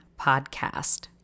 Podcast